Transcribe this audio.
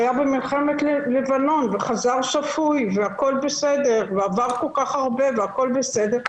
הוא היה במלחמת לבנון וחזר שפוי והכול בסדר ועבר כל כך הרבה והכול בסדר.